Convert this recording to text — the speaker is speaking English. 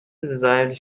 desired